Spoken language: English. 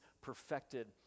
perfected